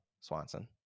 Swanson